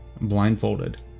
blindfolded